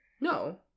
No